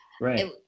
Right